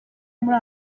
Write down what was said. muri